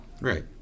right